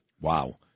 Wow